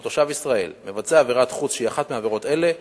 או תושב ישראל מבצע עבירת חוץ שהיא אחת מעבירות אלה,